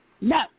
no